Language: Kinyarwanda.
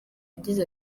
yagize